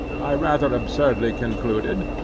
i rather absurdly concluded,